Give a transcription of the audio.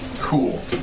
cool